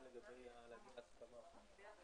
ננעלה בשעה 13:15.